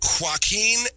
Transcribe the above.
Joaquin